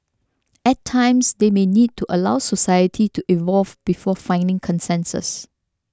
at times they may need to allow society to evolve before finding consensus